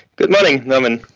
good morning norman,